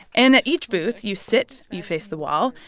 and each booth, you sit. you face the wall.